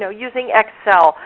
so using excel.